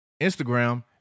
Instagram